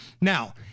Now